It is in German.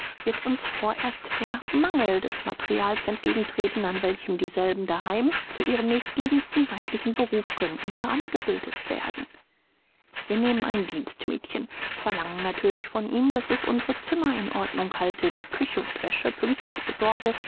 wird uns vorerst der mangel des materials entgegentreten an welchem dieselben daheim zu ihrem nächstliegendsten weiblichen beruf könnten herangebildet werden wir nehmen ein dienstmädchen verlangen natürlich von ihm daß es unsere zimmer in ordnung halte die küche und wäsche pünktlich besorge